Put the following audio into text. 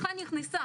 את העבודה שלך,